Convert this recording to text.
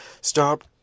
stop